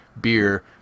beer